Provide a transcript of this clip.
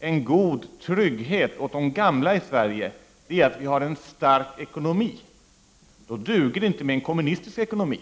en god trygghet åt de gamla i Sverige är att vi har en stark ekonomi. Då duger det inte med en kommunistisk ekonomi.